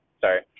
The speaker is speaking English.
sorry